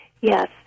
Yes